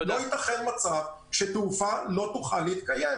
לא יתכן מצב שתעופה לא תוכל להתקיים.